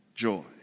joy